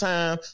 Time